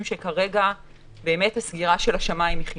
שכרגע באמת הסגירה של השמיים חיונית.